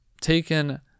taken